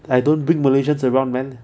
I don't bring malaysians around man